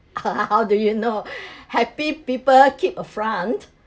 how do you know happy people keep a friend